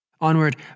Onward